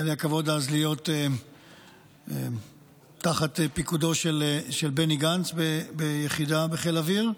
היה לי הכבוד אז להיות תחת פיקודו של בני גנץ ביחידה בחיל האוויר.